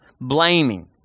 Blaming